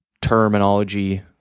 terminology